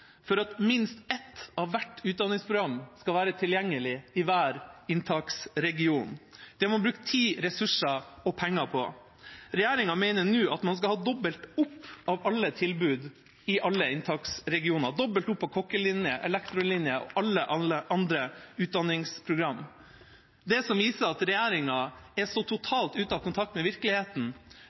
for at minst ett av hvert utdanningsprogram skal være tilgjengelig i hver inntaksregion. Det har man brukt tid, ressurser og penger på. Regjeringa mener nå at man skal ha dobbelt opp av alle tilbud i alle inntaksregioner – dobbelt opp av kokkelinje, elektrolinje og alle andre utdanningsprogram. Det som viser at regjeringa er så totalt ute av kontakt med virkeligheten,